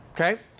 Okay